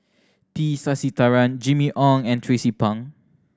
T Sasitharan Jimmy Ong and Tracie Pang